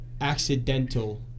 accidental